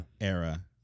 era